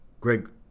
Greg